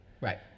Right